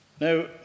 Now